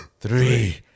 Three